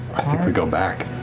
i think we go back.